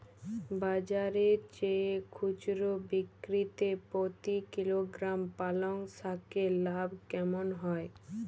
বাজারের চেয়ে খুচরো বিক্রিতে প্রতি কিলোগ্রাম পালং শাকে লাভ কেমন হয়?